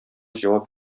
җавап